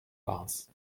bars